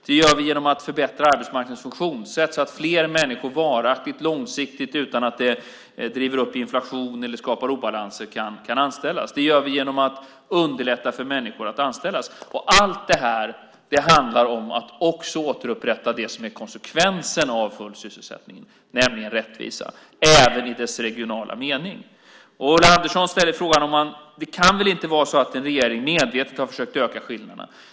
Vi gör det genom att förbättra arbetsmarknadens funktionssätt så att fler människor varaktigt och långsiktigt kan anställas utan att det driver upp inflation eller skapar obalanser. Vi gör det genom att underlätta för människor att anställas. Allt det här handlar om att också återupprätta det som är konsekvensen av full sysselsättning, nämligen rättvisa, även i dess regionala mening. Ulla Andersson ställer frågan: Det kan väl inte vara så att en regering medvetet har försökt öka skillnaderna?